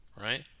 right